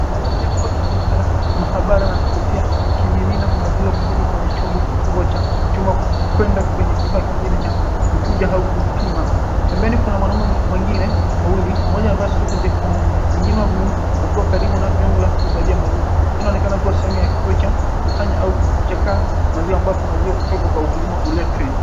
Aliyevalia koti jeupe, mahabara na kofia akimimina maziwa kutoka kwenye chombo kikubwa cha chuma kwenda kwenye kifaa kingine cha kuchuja au kupima. Pembeni kuna mwanaume wengine wawili, mmoja amevaa suti nyekundu, mwingine wa blue wakiwa karibu na vyombo vya kuhifadhia maziwa. Hii inaonekana kuwa sehemu ya kituo cha kukusanya au kuchakata maziwa ambapo maziwa kutoka kwa ukulima uletwe.